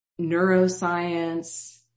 neuroscience